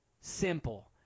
simple